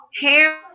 hair